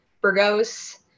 Burgos